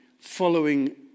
following